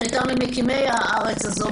שהייתה ממקימי הארץ הזאת,